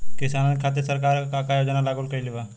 किसानन के खातिर सरकार का का योजना लागू कईले बा?